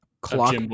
clock